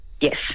yes